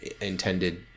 intended